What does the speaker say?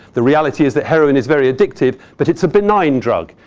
the reality is that heroin is very addictive, but it's a benign drug.